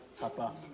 Papa